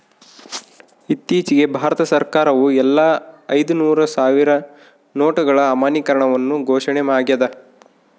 ಇತ್ತೀಚಿಗೆ ಭಾರತ ಸರ್ಕಾರವು ಎಲ್ಲಾ ಐದುನೂರು ಸಾವಿರ ನೋಟುಗಳ ಅಮಾನ್ಯೀಕರಣವನ್ನು ಘೋಷಣೆ ಆಗ್ಯಾದ